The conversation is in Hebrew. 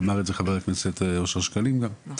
אמר את זה חבר הכנסת אושר שקלים גם.